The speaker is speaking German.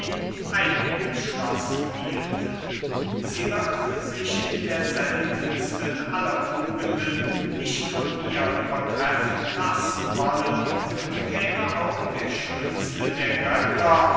eingeschlossen hielte sie wird sich in der seltensten aller tugenden nicht von mir übertreffen lassen wollen und käme auch der schönste der götter